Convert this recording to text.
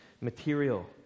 material